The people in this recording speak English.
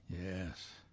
Yes